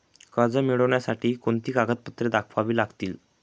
कर्ज मिळण्यासाठी कोणती कागदपत्रे दाखवावी लागतील?